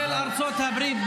כולל ארצות הברית,